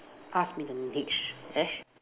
ask me the next dish